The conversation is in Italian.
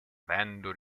avendo